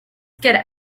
get